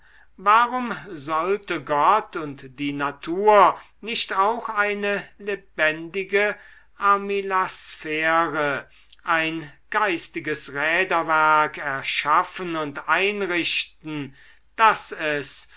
warum sollte gott und die natur nicht auch eine lebendige armillarsphäre ein geistiges räderwerk erschaffen und einrichten daß es